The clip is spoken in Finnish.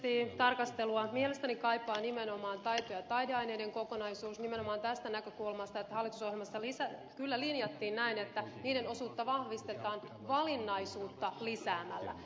erityisesti tarkastelua mielestäni kaipaa nimenomaan taito ja taideaineiden kokonaisuus nimenomaan tästä näkökulmasta että hallitusohjelmassa kyllä linjattiin näin että niiden osuutta vahvistetaan valinnaisuutta lisäämällä